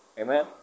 Amen